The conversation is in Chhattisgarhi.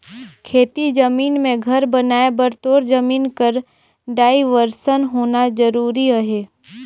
खेती जमीन मे घर बनाए बर तोर जमीन कर डाइवरसन होना जरूरी अहे